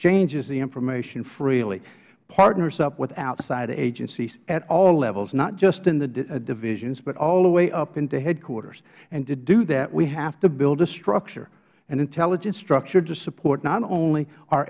exchanges the information freely partners up with outside agencies at all levels not just in the divisions but all the way up into headquarters and to do that we have to build a structure an intelligence structure to support not only